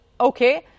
okay